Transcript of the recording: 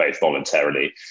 voluntarily